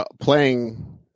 playing